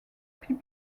puis